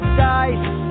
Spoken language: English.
dice